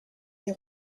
des